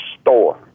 store